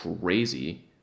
crazy